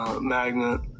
magnet